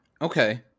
Okay